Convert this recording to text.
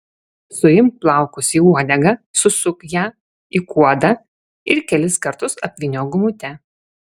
suimk plaukus į uodegą susuk ją į kuodą ir kelis kartus apvyniok gumute